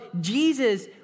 Jesus